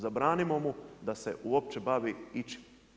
Zabranimo mu da se uopće bavi ičim.